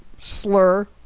slur